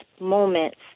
moments